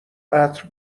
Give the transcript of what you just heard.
عطر